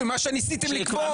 מה שניסיתם לקבור.